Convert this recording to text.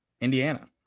Indiana